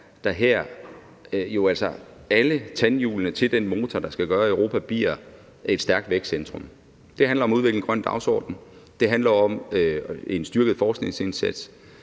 der her jo altså alle tandhjulene til den motor, der skal gøre, at Europa bliver et stærkt vækstcentrum. Det handler om at udvikle en grøn dagsorden; det handler om en styrket forskningsindsats;